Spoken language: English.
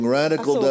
radical